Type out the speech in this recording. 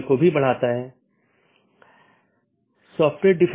तो यह एक तरह की नीति प्रकारों में से हो सकता है